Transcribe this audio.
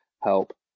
help